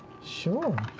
sure.